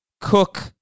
Cook